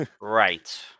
Right